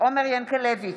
עומר ינקלביץ'